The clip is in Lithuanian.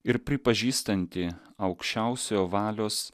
ir pripažįstanti aukščiausiojo valios